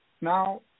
now